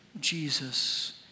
Jesus